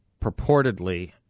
purportedly